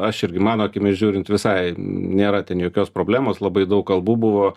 aš irgi mano akimis žiūrint visai nėra ten jokios problemos labai daug kalbų buvo